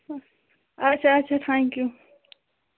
اَچھا اَچھا تھینٛکِیوٗ